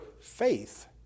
faith